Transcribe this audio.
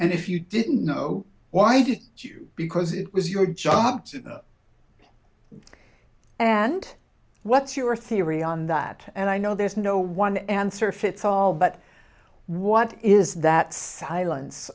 and if you didn't know why didn't you because it was your job and what's your theory on that and i know there's no one answer fits all but what is that silence